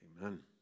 Amen